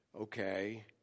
Okay